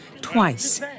twice